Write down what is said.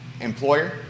employer